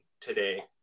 today